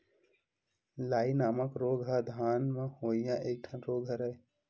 लाई नामक रोग ह धान म होवइया एक ठन रोग हरय